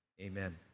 Amen